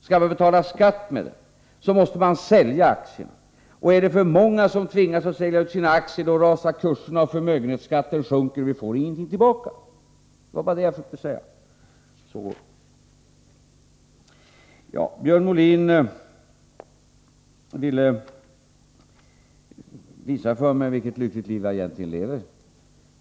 Skall man betala skatt med den, så måste man sälja aktierna, och är det för många som tvingas sälja ut sina aktier rasar kurserna och förmögenhetsskatten sjunker — vi får ingenting tillbaka. Björn Molin ville visa för mig vilket lyckligt liv jag egentligen lever.